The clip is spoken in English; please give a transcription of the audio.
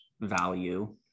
value